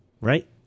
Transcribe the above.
Right